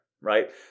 right